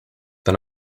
then